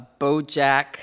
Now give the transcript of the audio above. Bojack